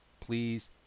Please